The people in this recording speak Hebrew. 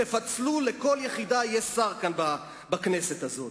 תפצלו, לכל יחידה יהיה שר כאן בכנסת הזאת.